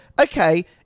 Okay